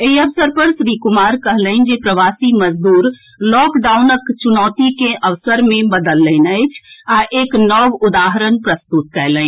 एहि अवसर पर श्री कुमार कहलनि जे प्रवासी मजदूर लॉकडाउनक चुनौती के अवसर मे बदललनि अछि आ एक नव उदाहरण प्रस्तुत कयलनि